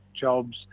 jobs